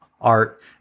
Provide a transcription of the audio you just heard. art